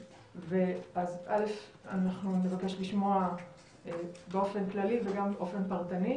אנחנו נבקש לשמוע באופן כללי ובאופן פרטני,